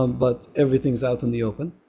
um but everything is out in the open.